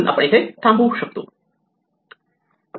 म्हणून आपण इथे थांबू शकतो